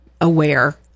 aware